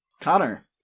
Connor